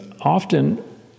often